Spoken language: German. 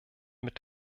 mit